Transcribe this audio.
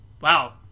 wow